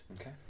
Okay